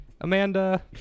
Amanda